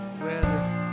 weather